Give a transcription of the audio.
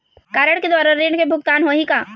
Card के द्वारा ऋण के भुगतान होही का?